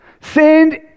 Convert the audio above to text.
send